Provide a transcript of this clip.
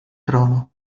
trono